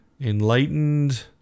Enlightened